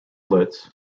blitz